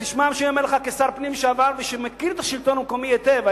תשמע מה שאני אומר לך כשר פנים לשעבר שמכיר את השלטון המקומי היטב,